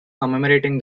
commemorating